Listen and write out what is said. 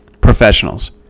professionals